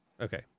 Okay